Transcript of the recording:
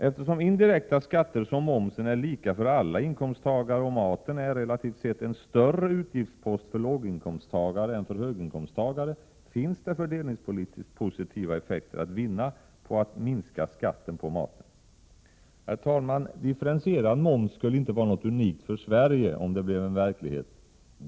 Eftersom indirekta skatter som momsen är lika för alla inkomsttagare och maten är, relativt sett, en större utgiftspost för låginkomsttagare än för höginkomsttagare, finns det fördelningspolitiskt positiva effekter att vinna på att minska skatten på maten. Herr talman! Differentierad moms skulle inte vara något unikt för Sverige om det blev en verklighet.